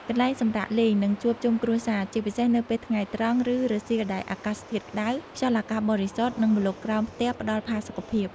កន្លែងសម្រាកលេង និងជួបជុំគ្រួសារ ជាពិសេសនៅពេលថ្ងៃត្រង់ ឬរសៀលដែលអាកាសធាតុក្តៅ ខ្យល់អាកាសបរិសុទ្ធ និងម្លប់ក្រោមផ្ទះផ្តល់ផាសុកភាព ។